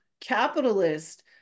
capitalist